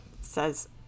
says